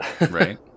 right